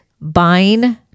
buying